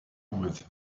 with